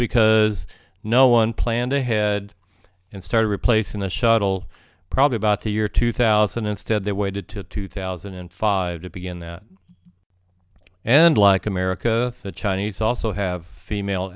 because no one planned ahead and start replacing the shuttle probably about a year two thousand instead they waited to two thousand and five to begin that and like america the chinese also have female